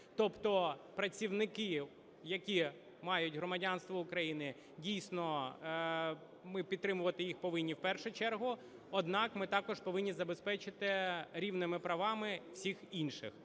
Тобто працівники, які мають громадянство України, дійсно, ми підтримувати їх повинні в першу чергу, однак ми також повинні забезпечити рівними правами всіх інших.